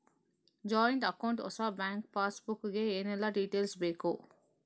Joint account ಹೊಸ bank passbook ಗೆ ಏನೆಲ್ಲ ಡೀಟೇಲ್ಸ್ ಬೇಕು?